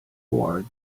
board